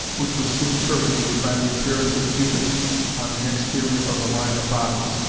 which was soon terminated by the appearance of judith on the exterior of the line of bodies,